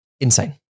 insane